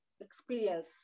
experience